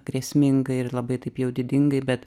grėsmingai ir labai taip jau didingai bet